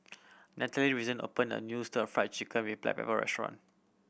Natalie recently opened a new Stir Fried Chicken with black pepper restaurant